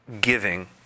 giving